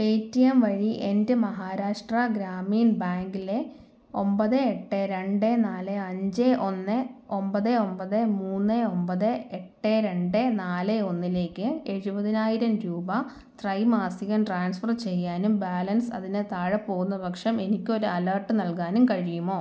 pay T M വഴി എൻ്റെ മഹാരാഷ്ട്ര ഗ്രാമീൺ ബാങ്കിലെ ഒമ്പത് എട്ട് രണ്ട് നാല് അഞ്ച് ഒന്ന് ഒമ്പത് ഒമ്പത് മൂന്ന് ഒമ്പത് എട്ട് രണ്ട് നാല് ഒന്നിലേക്ക് എഴുപതിനായിരം രൂപ ത്രൈമാസികം ട്രാൻസ്ഫർ ചെയ്യാനും ബാലൻസ് അതിന് താഴെ പോവുന്ന പക്ഷം എനിക്ക ഒരു അലേർട്ട് നൽകാനും കഴിയുമോ